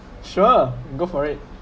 sure go for it